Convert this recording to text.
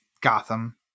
Gotham